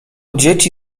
dzieci